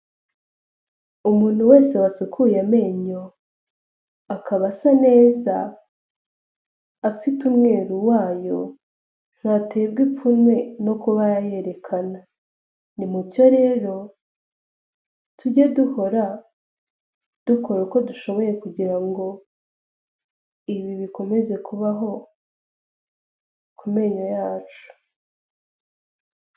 Umuntu wese wasukuye amenyo, akaba asa neza, afite umweru wayo, ntaterwa ipfunwe no kuba yayerekana, ni mucyo rero tujye duhora dukora uko dushoboye kugira ngo ibi bikomeze kubaho ku menyo yacu.